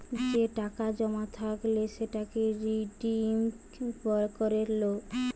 যে টাকা জমা থাইকলে সেটাকে রিডিম করে লো